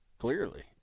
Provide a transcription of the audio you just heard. clearly